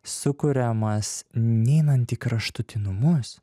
sukuriamas neinant į kraštutinumus